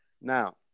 now